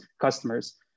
customers